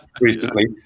recently